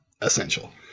essential